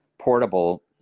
portable